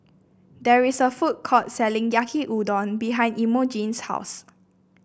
there is a food court selling Yaki Udon behind Imogene's house